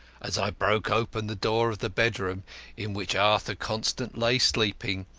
as i broke open the door of the bedroom in which arthur constant lay sleeping,